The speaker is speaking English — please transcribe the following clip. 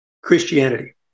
Christianity